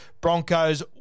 Broncos